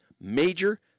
major